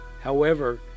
However